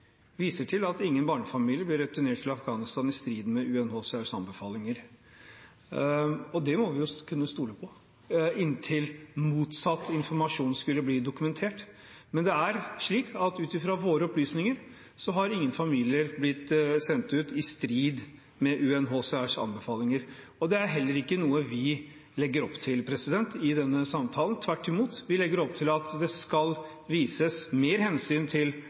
viser til at ingen barnefamilier ble returnert til Afghanistan i strid med UNHCRs anbefalinger. Det må vi kunne stole på inntil motsatt informasjon skulle bli dokumentert. Ut fra våre opplysninger har ingen familier blitt sendt ut i strid med UNHCRs anbefalinger, og det er heller ikke noe vi legger opp til i denne samtalen. Tvert imot legger vi opp til at det skal vises mer hensyn til